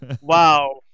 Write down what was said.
Wow